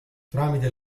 tramite